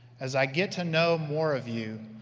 as i get to know more of you,